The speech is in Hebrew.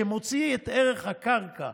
שמוציא את ערך הקרקע,